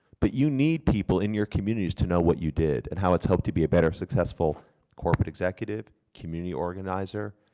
but you need people in your communities to know what you did and how it's helped to be a better successful corporate executive, community organizer,